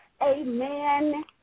Amen